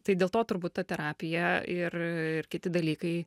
tai dėl to turbūt ta terapija ir ir kiti dalykai